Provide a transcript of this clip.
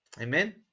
Amen